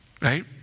right